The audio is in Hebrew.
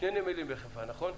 יש שני נמלים בחיפה, נכון?